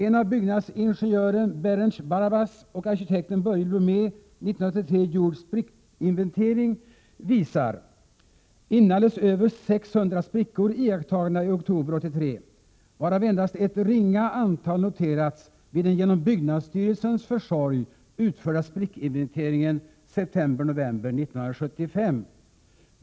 En av byggnadsingenjören Berenc Barabas och arkitekten Börje Blomé gjord sprickinventering visar ”inalles över 600 sprickor iakttagna oktober 1983 varav endast ett ringa antal noterats vid den genom byggnadsstyrelsens försorg utförda sprickinventeringen september-november 1975”.